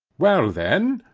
well then,